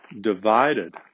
divided